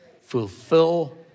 Fulfill